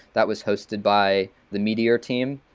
that was hosted by the meteor team.